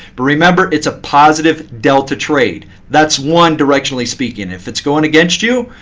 but remember, it's a positive delta trade. that's one, directionally speaking. if it's going against you,